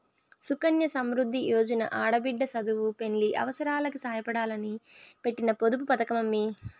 సుకన్య సమృద్ది యోజన ఆడబిడ్డ సదువు, పెండ్లి అవసారాలకి సాయపడాలని పెట్టిన పొదుపు పతకమమ్మీ